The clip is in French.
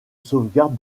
sauvegarde